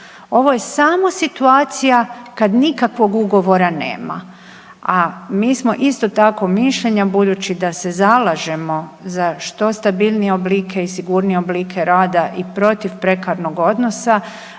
Ovo je samo situacija kad nikakvog ugovora nema. A mi smo isto tako mišljenja budući da se zalažemo za što stabilnije oblike i sigurnije oblike rada i protiv prekarnog odnosa,